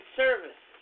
service